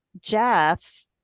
Jeff